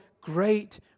great